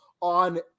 on